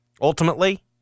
ultimately